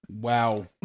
Wow